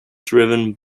driven